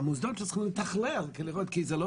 לא התקיים כאן דיון מהותי ויש לומר זאת.